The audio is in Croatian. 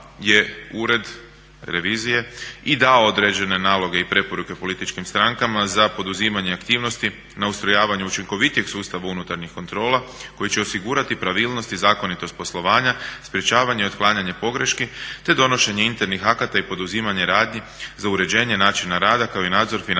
Ured revizije i dao određene naloge i preporuke političkim strankama za poduzimanje aktivnosti na ustrojavanju učinkovitijeg sustava unutarnjih kontrola koji će osigurati pravilnost i zakonitost poslovanja, sprječavanje i otklanjanje pogreški te donošenje internih akata i poduzimanje radnji za uređenje načina rada kao i nadzor financijsko